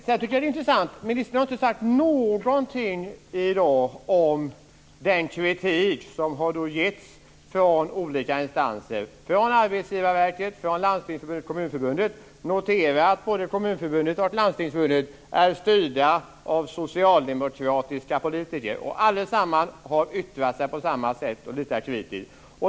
Det är också intressant att ministern inte har sagt någonting i dag om den kritik som har getts från olika instanser - från Arbetsgivarverket, från Landstingsförbundet och från Kommunförbundet. Notera att både Kommunförbundet och Landstingsförbundet är styrda av socialdemokratiska politiker, och att allesammans har yttrat sig på samma sätt och lika kritiskt!